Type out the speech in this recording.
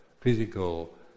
physical